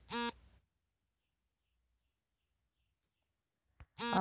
ಅಮುಲ್ ಸಹಕಾರಿ ಹಾಲು ಮಾರಾಟ ಒಕ್ಕೂಟದ ಕೇಂದ್ರ ಕಚೇರಿ ಗುಜರಾತ್ನಲ್ಲಿದೆ